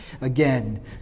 again